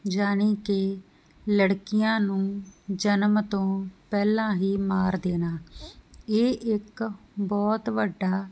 ਯਾਨੀ ਕਿ ਲੜਕੀਆਂ ਨੂੰ ਜਨਮ ਤੋਂ ਪਹਿਲਾਂ ਹੀ ਮਾਰ ਦੇਣਾ ਇਹ ਇੱਕ ਬਹੁਤ ਵੱਡਾ